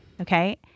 Okay